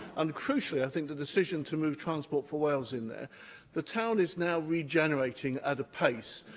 and crucially, i think, the decision to move transport for wales in there the town is now regenerating at a pace,